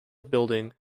building